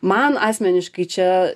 man asmeniškai čia